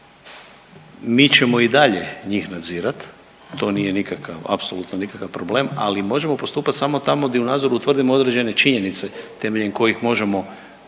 mi ćemo i dalje njih nadzirati. To nije apsolutno nikakav problem. Ali možemo postupati samo tamo gdje u nadzoru utvrdimo određene činjenice temeljem kojih možemo